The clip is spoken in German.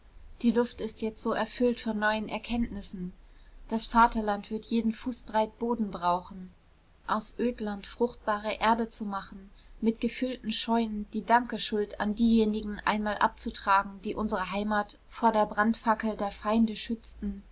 die luft ist jetzt so erfüllt von neuen erkenntnissen das vaterland wird jeden fußbreit boden brauchen aus ödland fruchtbare erde zu machen mit gefüllten scheuern die dankesschuld an diejenigen einmal abzutragen die unsere heimat vor der brandfackel der feinde schützten